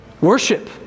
Worship